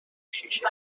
شیشه